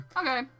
Okay